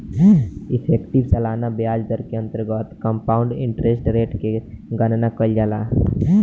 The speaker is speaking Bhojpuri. इफेक्टिव सालाना ब्याज दर के अंतर्गत कंपाउंड इंटरेस्ट रेट के गणना कईल जाला